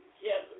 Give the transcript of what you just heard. Yes